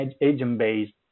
agent-based